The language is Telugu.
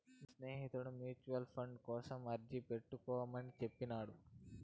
నా స్నేహితుడు మ్యూచువల్ ఫండ్ కోసం అర్జీ పెట్టుకోమని చెప్పినాడు